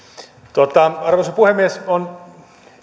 arvoisa puhemies on